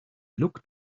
looked